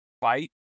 fight